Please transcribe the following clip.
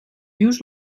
lluç